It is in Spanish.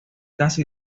caza